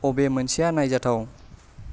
बबे मोनसेया नायजाथाव